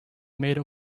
made